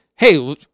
hey